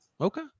Okay